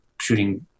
shooting